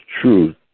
truth